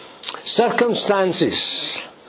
circumstances